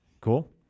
Cool